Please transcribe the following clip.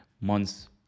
months